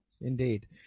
Indeed